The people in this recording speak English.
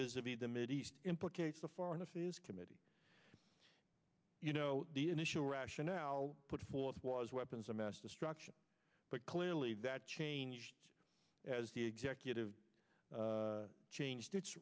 visited the mideast implicates the foreign affairs committee you know the initial rationale put forth was weapons of mass destruction but clearly that changed as the executive changed it